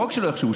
לא רק שלא יחשבו,